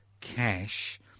cash